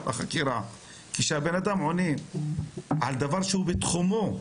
כשבן-אדם עונה על דבר שהוא בתחומו,